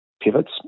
pivots